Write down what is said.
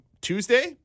Tuesday